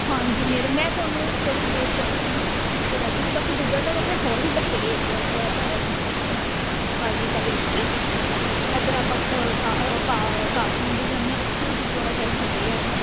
ਹਾਂਜੀ ਨੇੜੇ ਮੈਂ ਤੁਹਾਨੂੰ ਥੋੜ੍ਹੀ ਦੇਰ ਤੱਕ ਚੰਗੀ ਤਰ੍ਹਾਂ ਪੁੱਛ ਕੇ ਦੱਸ ਦਊਗੀ ਬਾਕੀ ਗੁਰਦੁਆਰਾ ਸਾਹਿਬ ਆਪਣੇ ਹੋਰ ਵੀ ਬਥੇਰੇ ਹੈਗੇ ਹੈ ਫਾਜ਼ਿਲਕਾ ਦੇ ਵਿੱਚ ਇੱਧਰ ਆਪਾਂ ਕਾਸਮੰਡੀ ਜਾਂਦੇ ਹਾਂ ਉੱਥੇ ਵੀ ਗੁਰਦੁਆਰਾ ਸਾਹਿਬ ਹੈਗੇ ਐ